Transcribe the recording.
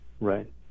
Right